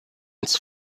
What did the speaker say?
its